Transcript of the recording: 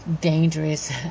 dangerous